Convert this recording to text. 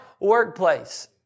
workplace